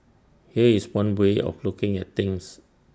here's one way of looking at things